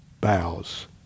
bows